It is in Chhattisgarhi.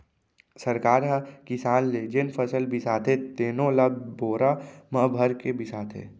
सरकार ह किसान ले जेन फसल बिसाथे तेनो ल बोरा म भरके बिसाथे